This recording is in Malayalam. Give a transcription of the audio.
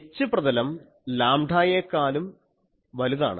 H പ്രതലം ലാംഡായെക്കാളും വലുതാണ്